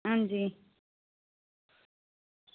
अंजी